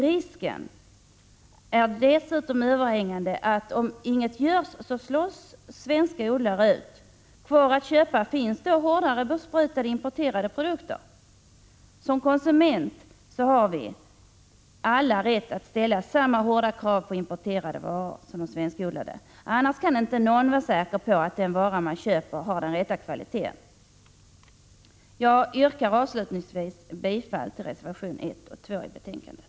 Risken är dessutom överhängande att svenska odlare slås ut, om ingenting görs. Kvar att köpa finns då mer besprutade importerade produkter. Som konsumenter har vi alla rätt att ställa samma hårda krav på importerade varor som på svenskodlade. Annars kan inte någon vara säker på att den vara man köper har den rätta kvaliteten. Jag yrkar avslutningsvis bifall till reservationerna 1 och 2 i betänkandet.